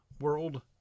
world